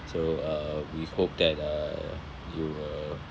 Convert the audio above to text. so uh we hope that uh you will